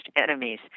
enemies